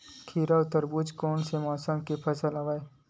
खीरा व तरबुज कोन से मौसम के फसल आवेय?